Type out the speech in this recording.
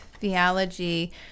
theology